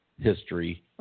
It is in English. history